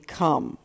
come